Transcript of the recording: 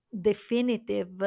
definitive